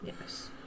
Yes